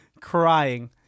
crying